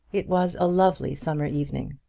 it was a lovely summer evening,